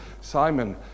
Simon